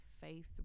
faith